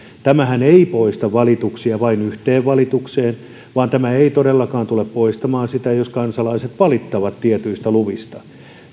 tämähän ei poista valituksia vain yhteen valitukseen tämä ei todellakaan tule poistamaan sitä jos kansalaiset valittavat tietyistä luvista